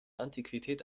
antiquität